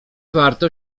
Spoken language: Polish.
warto